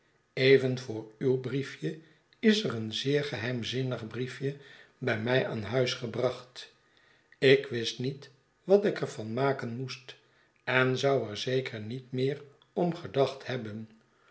even vr uw briefje is er een zeer geheimzinnig briefje bij mij aan huis gebracht ik wist niet wat ik er van maken moest en zou er zeker niet meer om gedacht hebben